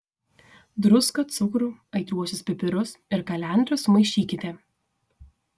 druską cukrų aitriuosius pipirus ir kalendras sumaišykite